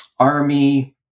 Army